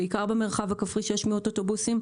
בעיקר במרחב הכפרי 600 אוטובוסים,